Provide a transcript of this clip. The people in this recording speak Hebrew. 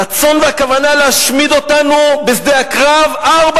הרצון והכוונה להשמיד אותנו בשדה הקרב ארבע